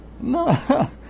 No